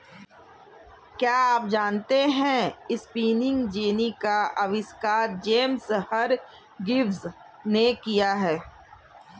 क्या आप जानते है स्पिनिंग जेनी का आविष्कार जेम्स हरग्रीव्ज ने किया?